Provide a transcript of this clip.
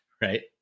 right